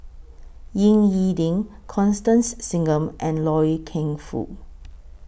Ying E Ding Constance Singam and Loy Keng Foo